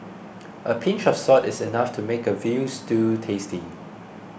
a pinch of salt is enough to make a Veal Stew tasty